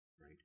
right